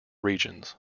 regions